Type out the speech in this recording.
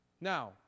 Now